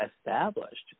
established